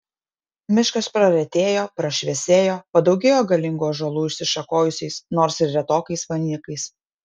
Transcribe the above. miškas praretėjo prašviesėjo padaugėjo galingų ąžuolų išsišakojusiais nors ir retokais vainikais